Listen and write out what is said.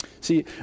See